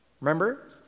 Remember